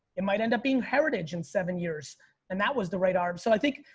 it might end up being heritage in seven years and that was the right arm. so i think,